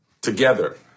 Together